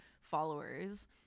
followers